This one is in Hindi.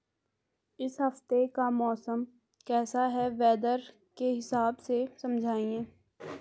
इस हफ्ते का मौसम कैसा है वेदर के हिसाब से समझाइए?